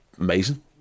amazing